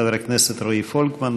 חבר הכנסת רועי פולקמן.